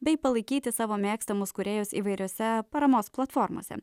bei palaikyti savo mėgstamus kūrėjus įvairiose paramos platformose